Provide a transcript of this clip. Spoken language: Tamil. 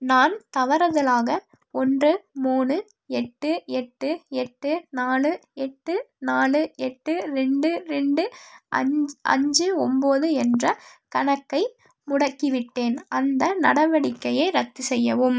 நான் தவறுதலாக ஒன்று மூணு எட்டு எட்டு எட்டு நாலு எட்டு நாலு எட்டு ரெண்டு ரெண்டு அஞ் அஞ்சு ஒன்போது என்ற கணக்கை முடக்கிவிட்டேன் அந்த நடவடிக்கையை ரத்து செய்யவும்